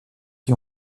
qui